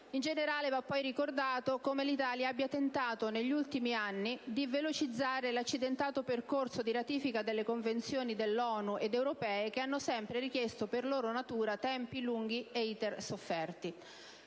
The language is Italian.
In generale, va poi ricordato come l'Italia abbia tentato, negli ultimi anni, di velocizzare l'accidentato percorso di ratifica delle Convenzioni dell'ONU ed europee, che hanno sempre richiesto, per loro natura, tempi lunghi e *iter* sofferti.